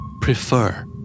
Prefer